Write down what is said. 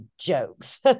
jokes